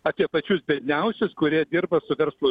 apie pačius biedniausius kurie dirba su verslu